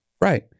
Right